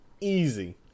Easy